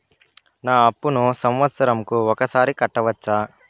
నా అప్పును సంవత్సరంకు ఒకసారి కట్టవచ్చా?